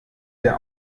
der